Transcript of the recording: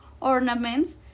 ornaments